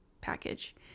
package